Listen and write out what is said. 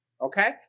Okay